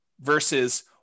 versus